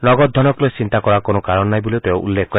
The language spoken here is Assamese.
নগদ ধনক লৈ কোনো চিন্তা কৰাৰ কোনো কাৰণ নাই বুলিও তেওঁ উল্লেখ কৰে